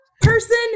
person